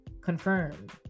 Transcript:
Confirmed